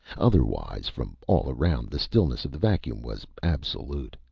otherwise, from all around, the stillness of the vacuum was absolute.